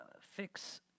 fix